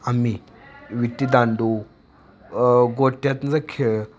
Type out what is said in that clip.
आम्ही विटीदांडू गोट्यातनं खेळ